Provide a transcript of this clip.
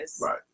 Right